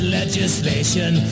legislation